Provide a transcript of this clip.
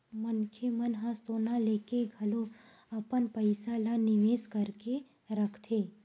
मनखे मन ह सोना लेके घलो अपन पइसा ल निवेस करके रखथे